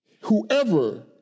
Whoever